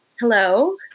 Hello